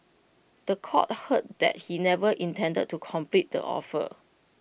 The Court heard that he never intended to complete the offer